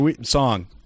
song